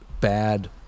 bad